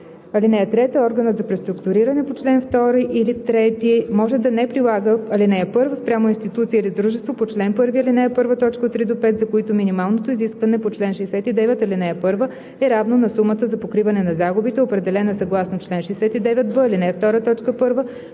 с нея. (3) Органът за преструктуриране по чл. 2 или 3 може да не прилага ал. 1 спрямо институция или дружество по чл. 1, ал. 1, т. 3 – 5, за които минималното изискване по чл. 69, ал. 1 е равно на сумата за покриване на загубите, определена съгласно чл. 69б, ал. 2,